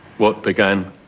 what began?